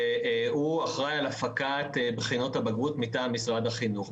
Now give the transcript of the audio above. הוא אחראי על הפקת בחינות הבגרות מטעם משרד החינוך.